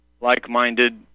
like-minded